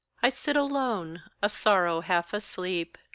i sit alone, a sorrow half asleep,